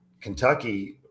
Kentucky